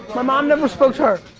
my mom never spoke to her.